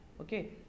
okay